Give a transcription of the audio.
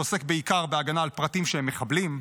שעוסק בעיקר בהגנה על פרטים שהם מחבלים,